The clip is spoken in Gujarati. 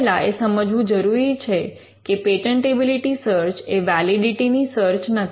પહેલા એ સમજવું જરૂરી છે કે પેટન્ટેબિલિટી સર્ચ એ વૅલિડિટિની સર્ચ નથી